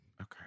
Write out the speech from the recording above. Okay